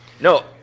No